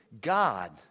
God